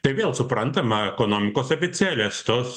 tai vėl suprantama ekonomikos abėcėlės tos